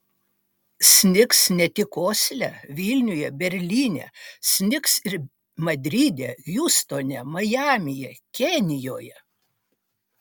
snigs ne tik osle vilniuje berlyne snigs ir madride hjustone majamyje kenijoje